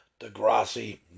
Degrassi